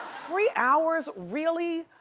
three hours, really?